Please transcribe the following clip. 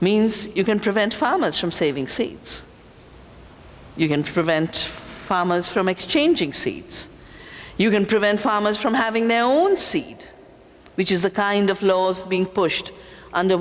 means you can prevent farmers from saving sea you can prevent farmers from exchanging seeds you can prevent farmers from having their own seed which is the kind of laws being pushed under